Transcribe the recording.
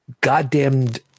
goddamned